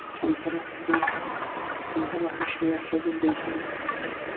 پَنژاہ رۄپیہِ کِلوٗ تِم چھِ آسان اکھ ہَتھ شیٹھ رۄپیہِ بیٚیہِ چھِنہٕ بَننٕے